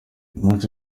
munsi